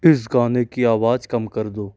इस गाने की आवाज़ कम कर दो